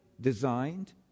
designed